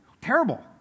terrible